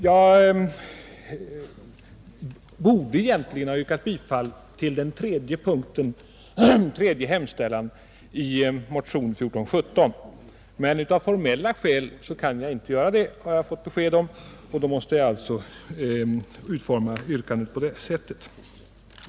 Jag borde egentligen också ha yrkat bifall till den tredje punkten i hemställan i motionen 1417, men av formella skäl kan jag inte göra det, har jag fått besked om. Därför måste jag alltså nu utforma yrkandet på detta sätt.